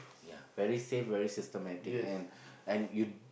ya very safe very systematic and and you